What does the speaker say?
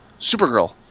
Supergirl